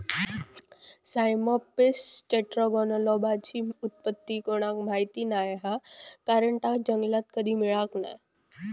Cyamopsis टेट्रागोनोलोबाची उत्पत्ती कोणाक माहीत नाय हा कारण ता जंगलात कधी मिळाक नाय